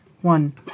one